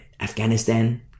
Afghanistan